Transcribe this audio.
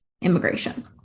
immigration